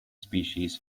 species